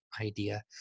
idea